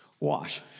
Wash